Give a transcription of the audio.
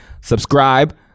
subscribe